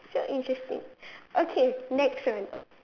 so interesting okay next one